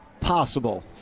possible